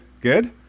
good